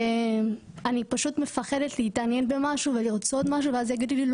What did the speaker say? אני פשוט מפחדת להתעניין במשהו ולרצות משהו ואז יגידו לי,